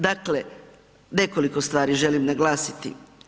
Dakle, nekoliko stvari želim naglasiti.